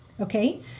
Okay